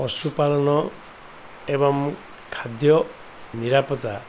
ପଶୁପାଳନ ଏବଂ ଖାଦ୍ୟ ନିରାପତ୍ତା